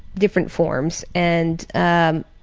different forms, and ah